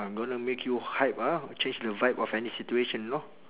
I'm gonna make you hype ah change the vibe of any situation you know